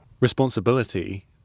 responsibility